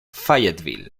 fayetteville